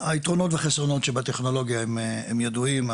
היתרונות והחסרונות שבטכנולוגיה הם ידועים,